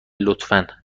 لطفا